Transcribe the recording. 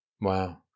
Wow